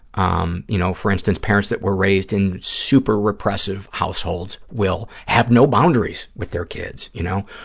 um you know, for instance, parents that were raised in super-repressive households will have no boundaries with their kids, you know,